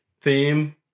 theme